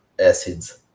acids